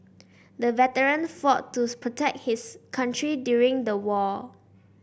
the veteran fought to protect his country during the war